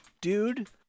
dude